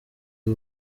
ubu